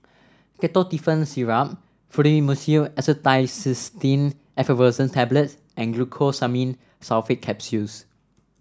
Ketotifen Syrup Fluimucil Acetylcysteine Effervescent Tablets and Glucosamine Sulfate Capsules